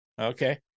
Okay